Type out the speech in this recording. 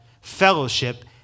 fellowship